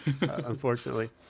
unfortunately